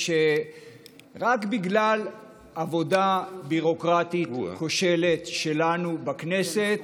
שרק בגלל עבודה ביורוקרטית כושלת שלנו בכנסת